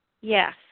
Yes